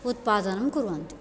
उत्पादनं कुर्वन्ति